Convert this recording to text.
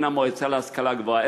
מן המועצה להשכלה גבוהה,